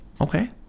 okay